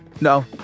no